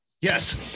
Yes